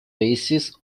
basis